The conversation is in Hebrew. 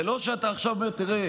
זה לא שאתה עכשיו אומר: תראה,